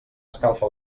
escalfa